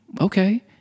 okay